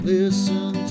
Listen